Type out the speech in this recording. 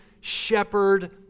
shepherd